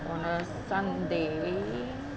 on a sunday